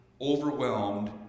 overwhelmed